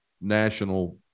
national